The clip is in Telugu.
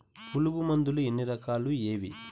పులుగు మందులు ఎన్ని రకాలు అవి ఏవి?